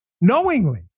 Knowingly